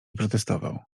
protestował